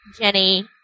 Jenny